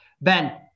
Ben